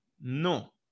no